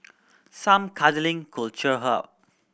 some cuddling could cheer her up